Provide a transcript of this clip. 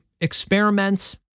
experiment